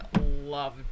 love